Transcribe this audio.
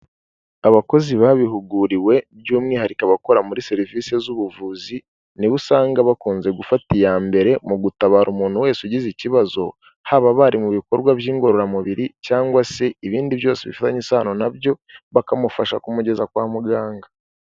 Abakozi babihuguriwe by'umwihariko abakora muri serivise z'ubuvuzi ni bo usanga bakunze gufata iyambere mu gutabara umuntu wese ugize ikibazo haba bari mu bikorwa by'ingororamubiri cyangwa se ibindi byose bifitanye isano na byo bakamufasha ku mugeza kwa muganga.